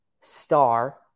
star